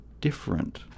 different